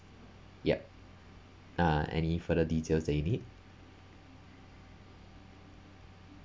yup uh any further details that you need